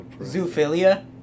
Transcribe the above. zoophilia